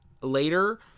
later